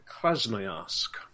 Krasnoyarsk